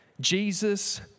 Jesus